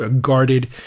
guarded